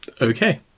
Okay